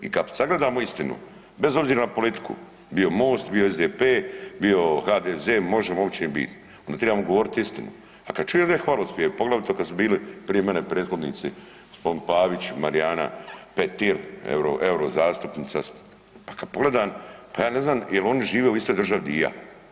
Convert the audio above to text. I kad sagledamo istinu, bez obzira na politiku, bio Most, bio SDP, bio HDZ, Možemo, uopće nije bitno, onda trebamo govoriti istinu a kad čujem ovdje hvalospjev, poglavito kad su bili prije mene prethodnici, g. Pavić, Marijana Petir, eurozastupnica, a kad pogledam, pa ja ne znam jel oni žive u istoj državi di i ja.